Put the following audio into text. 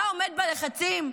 היה עומד בלחצים?